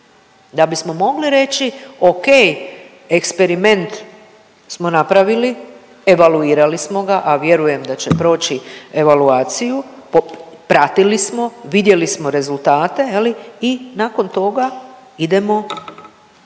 da bismo mogli reći ok eksperiment smo napravili, evaluirali smo ga, a vjerujem da će proći evaluaciju, pratili smo vidjeli smo rezultate je li i nakon toga idemo